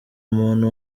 muntu